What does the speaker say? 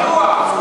זה ניתוח.